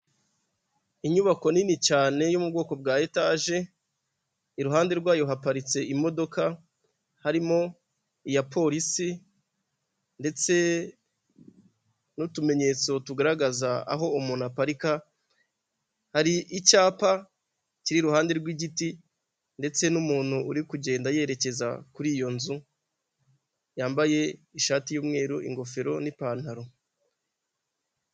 Inyubako nini cyane yo mu bwoko bwa etaje, iruhande rwayo haparitse imodoka harimo iya polisi ndetse n'utumenyetso tugaragaza aho umuntu aparika, hari icyapa kiri iruhande rw'igiti ndetse n'umuntu uri kugenda yerekeza kuri iyo nzu yambaye ishati y'umweru ingofero n'ipantaro.